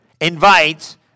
invites